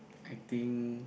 I think